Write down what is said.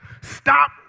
Stop